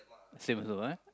same also ah